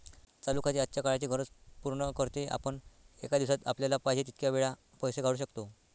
चालू खाते आजच्या काळाची गरज पूर्ण करते, आपण एका दिवसात आपल्याला पाहिजे तितक्या वेळा पैसे काढू शकतो